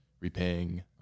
repaying